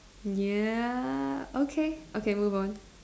ya okay okay move on